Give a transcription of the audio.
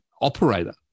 operator